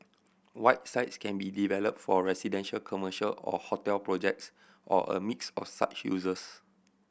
white sites can be develop for residential commercial or hotel projects or a mix of such uses